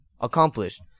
accomplished